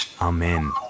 Amen